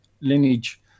Lineage